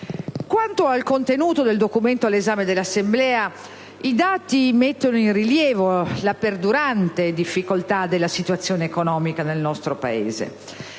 Quanto al contenuto del documento all'esame dell'Assemblea, i dati mettono in rilievo la perdurante difficoltà della situazione economica nel nostro Paese.